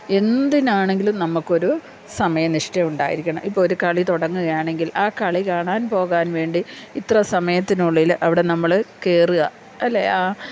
എന്തിനാണെങ്കിലും നമുക്ക് ഒരു സമയനിഷ്ഠ ഉണ്ടായിരിക്കണം ഇപ്പം ഒരു കളി തുടങ്ങുകയാണെങ്കിൽ ആ കളി കാണാൻ പോകാൻ വേണ്ടി ഇത്ര സമയത്തിനുള്ളിൽ അവിടെ നമ്മൾ കയറുക അല്ലേ ആ